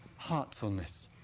heartfulness